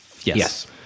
Yes